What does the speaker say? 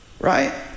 right